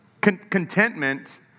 Contentment